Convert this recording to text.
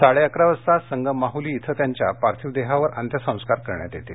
साडेअकरा वाजता संगम माहुली इथं त्यांच्या पार्थिव देहावर अंत्यसंस्कार करण्यात येतील